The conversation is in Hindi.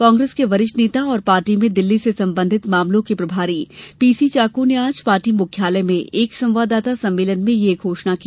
कांग्रेस के वरिष्ठ नेता और पार्टी में दिल्ली से संबंधित मामलों के प्रभारी पीसी चाको ने आज पार्टी मुख्यालय में एक संवाददाता सम्मेलन में यह घोषणा की